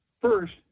First